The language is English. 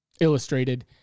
illustrated